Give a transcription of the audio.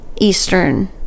eastern